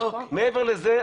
מעבר לזה,